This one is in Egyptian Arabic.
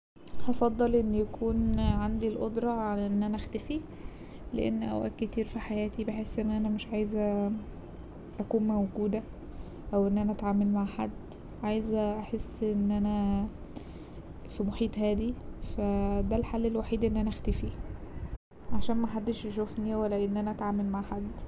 هفضل اني يكون عندي القدرة على ان انا اختفي لأن اوقات كتير في حياتي بحس ان انا مش عايزة اكون موجودة أو ان انا اتعامل مع حد عايزة احس ان انا في محيط هادي فا ده الحل الوحيد ان انا اختفي عشان محدش يشوفني ولا ان انا اتعامل مع حد.